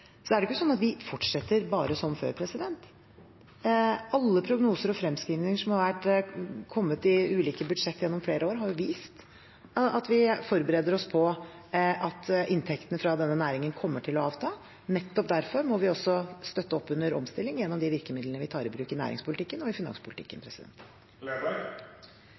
Det er ikke sånn at vi bare fortsetter som før. Alle prognoser og fremskrivninger som har kommet i ulike budsjett gjennom flere år, har vist at vi forbereder oss på at inntektene fra denne næringen kommer til å avta. Nettopp derfor må vi også støtte opp under omstilling gjennom de virkemidlene vi tar i bruk i næringspolitikken og i finanspolitikken.